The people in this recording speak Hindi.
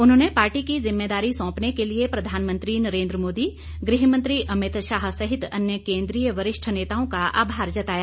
उन्होंने पार्टी की जिम्मेदारी सौंपने के लिए प्रधानमंत्री नरेन्द्र मोदी गृह मंत्री अमितशाह सहित अन्य केंद्रीय वरिष्ठ नेताओं का आभार जताया